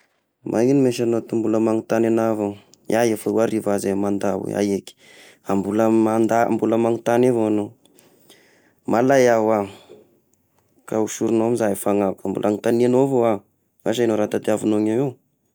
Magnino ma sa agnao tô mbola manontany agna avao? Iaho efa ho arivo aho izay mandahy hoe: ah eky a mbola mandahy a mbola manontagny avao agnao, malay iaho hoa! Ka hosorignao io za i fagnahiko fa mbola anotaniagnao avao iah, ansa raha ino tadiavignao re io.